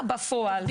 בפועל.